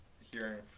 hearing